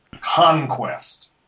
conquest